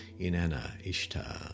Inanna-Ishtar